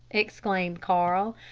exclaimed carl.